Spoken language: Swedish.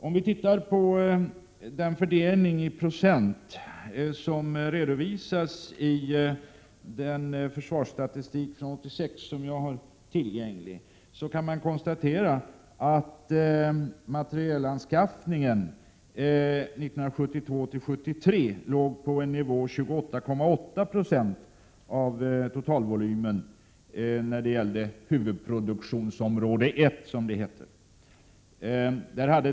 Av den försvarsstatistik från år 1986 som jag har tillgänglig och som redovisar fördelningen i procent kan man konstatera att materielanskaffningen under budgetåret 1972/73 låg på en nivå av 28,8 20 av totalvolymen för huvudproduktionsområde 1, som det heter.